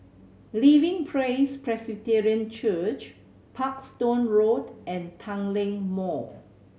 Living Praise Presbyterian Church Parkstone Road and Tanglin Mall